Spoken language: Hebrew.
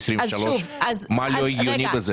מה לא הגיוני בזה?